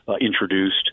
introduced